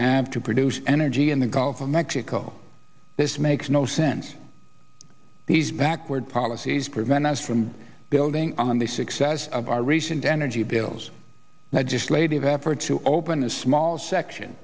have to produce energy in the gulf of mexico this makes no sense these backward policies prevent us from building on the success of our recent energy bills legislative efforts to open a small section